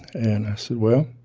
and i said, well,